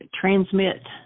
transmit